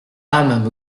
âme